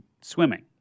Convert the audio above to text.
swimming